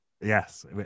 Yes